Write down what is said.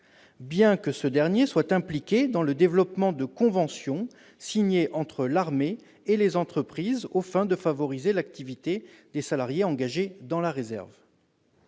bien que ce dernier soit impliqué dans le développement de conventions signées entre l'armée et les entreprises aux fins de favoriser l'activité des salariés engagés dans la réserve.